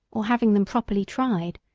or having them properly tried.